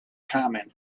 common